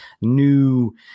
new